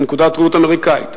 מנקודת ראות אמריקנית,